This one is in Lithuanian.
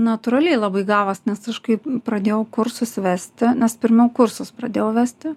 natūraliai labai gavos nes aš kai pradėjau kursus vesti nes pirmiau kursus pradėjau vesti